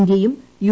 ഇന്ത്യയും യു